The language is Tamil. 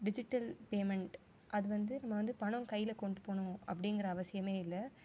டிஜிட்டல் பேமெண்ட் அது வந்து நம்ம வந்து பணம் கையில் கொண்டு போகணும் அப்படிங்கிற அவசியமே இல்லை